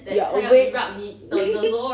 you're awake